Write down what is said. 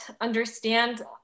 understand